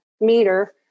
meter